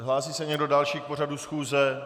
Hlásí se někdo další k pořadu schůze?